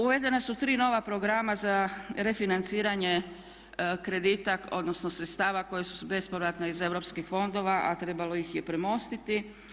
Uvedena su tri nova programa za refinanciranje kredita, odnosno sredstava koja su bespovratna iz europskih fondova a trebalo ih je premostiti.